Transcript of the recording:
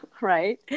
right